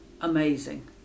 amazing